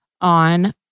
on